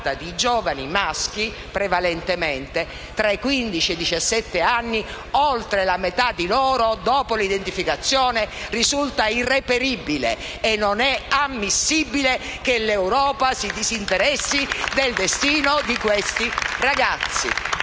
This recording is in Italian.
Si tratta di giovani maschi, prevalentemente, tra i quindici e i diciassette anni. Oltre la metà di loro, dopo l'identificazione, risulta irreperibile. Non è ammissibile che l'Europa si disinteressi del destino di questi ragazzi.